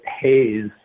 haze